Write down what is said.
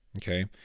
Okay